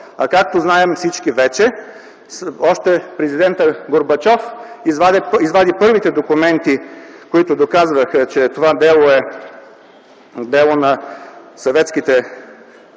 а както вече всички знаем, още президентът Горбачов извади първите документи, които доказваха, че това дело е дело на съветските